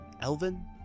Elvin